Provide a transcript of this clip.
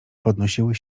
podnosiły